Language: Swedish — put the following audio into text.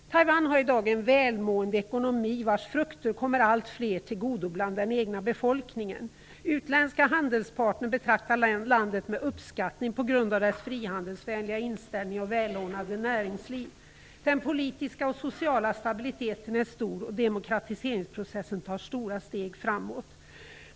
Taiwan har i dag en välmående ekonomi, vars frukter kommer allt fler till godo bland den egna befolkningen. Utländska handelspartner betraktar landet med uppskattning på grund av dess frihandelsvänliga inställning och välordnade näringsliv. Den politiska och sociala stabiliteten är stor, och demokratiseringsprocessen tar stora steg framåt.